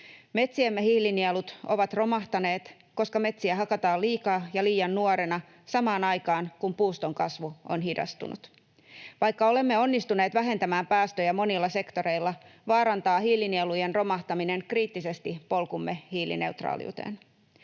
Metsiemme hiilinielut ovat romahtaneet, koska metsiä hakataan liikaa ja liian nuorena samaan aikaan kun puuston kasvu on hidastunut. Vaikka olemme onnistuneet vähentämään päästöjä monilla sektoreilla, vaarantaa hiilinielujen romahtaminen kriittisesti polkumme hiilineutraaliuteen.